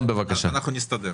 אנחנו נסתדר.